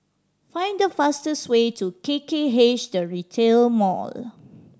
find the fastest way to K K H The Retail Mall